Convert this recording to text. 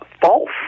false